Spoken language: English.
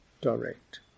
direct